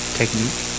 technique